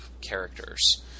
characters